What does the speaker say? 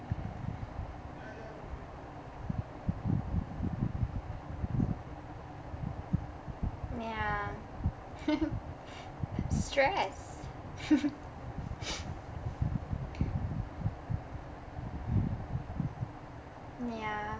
ya stress ya